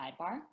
sidebar